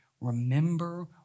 Remember